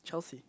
Chelsea